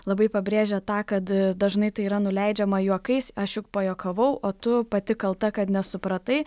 labai pabrėžia tą kad dažnai tai yra nuleidžiama juokais aš juk pajuokavau o tu pati kalta kad nesupratai